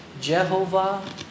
Jehovah